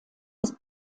ist